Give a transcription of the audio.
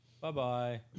bye-bye